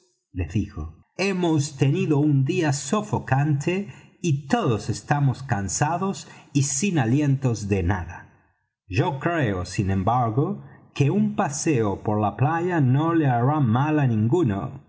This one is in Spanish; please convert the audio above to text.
les dijo hemos tenido un día sofocante y todos estamos cansados y sin alientos de nada yo creo sin embargo que un paseo por la playa no le hará mal á ninguno